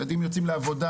ילדים יוצאים לעבודה,